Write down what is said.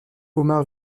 omar